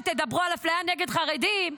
כשתדברו על אפליה נגד חרדים,